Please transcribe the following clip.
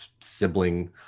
sibling